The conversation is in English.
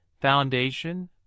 foundation